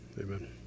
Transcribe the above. Amen